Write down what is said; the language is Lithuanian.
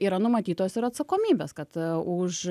yra numatytos ir atsakomybės kad už